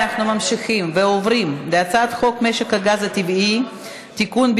אנחנו ממשיכים ועוברים להצעת חוק משק הגז הטבעי (תיקון,